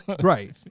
Right